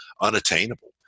unattainable